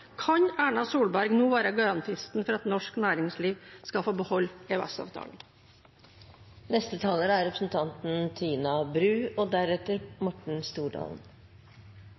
Kan Erna Solberg nå være garantisten for at norsk næringsliv skal få beholde